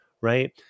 right